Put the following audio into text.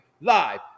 Live